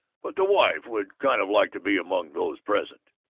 but the wife would kind of like to be among those present.